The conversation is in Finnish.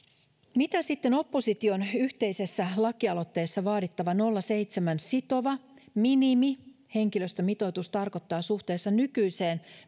mitä sitten opposition yhteisessä lakialoitteessa vaatima nolla pilkku seitsemän sitova minimihenkilöstömitoitus tarkoittaa suhteessa nykyiseen